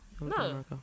No